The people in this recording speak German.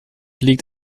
legt